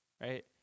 Right